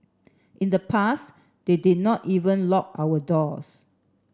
in the past we did not even lock our doors